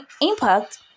impact